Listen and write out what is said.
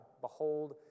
Behold